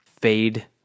fade